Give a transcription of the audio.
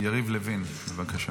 יריב לוין, בבקשה.